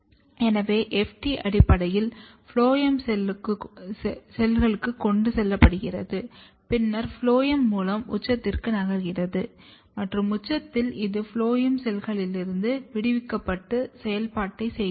எனவே FT அடிப்படையில் phloem செல்களுக்கு கொண்டு செல்லப்படுகிறது பின்னர் ஃபுளோயம் மூலம் உச்சத்திற்கு நகர்கிறது மற்றும் உச்சத்தில் இது ஃபுளோயம் செல்களிலிருந்து விடுவிக்கப்பட்டு செயல்பாடுகளைச் செய்கிறது